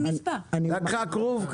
לקחה כרוב,